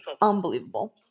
Unbelievable